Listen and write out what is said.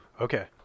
Okay